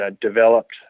developed